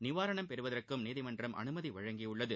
நிவாரணம் பெறுவதற்கும் நீதிமன்றம் அனுமதி வழங்கியுள்ளது